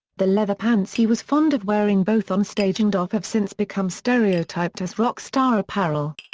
the leather pants he was fond of wearing both onstage and off have since become stereotyped as rock-star apparel.